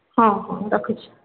ହଁ ହଁ ରଖୁଛି